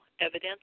evidence